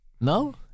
No